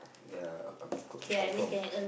ya I I I confirm